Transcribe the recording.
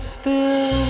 fill